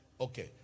Okay